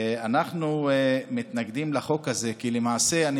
אנחנו מתנגדים לחוק הזה כי למעשה אני